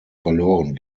verloren